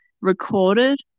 recorded